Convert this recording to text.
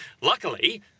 Luckily